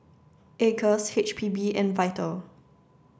Acres H P B and VITAL